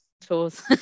tours